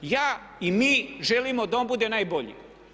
Ja i mi želimo da on bude najbolji.